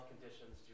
conditions